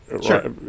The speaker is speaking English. Sure